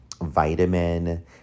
vitamin